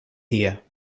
here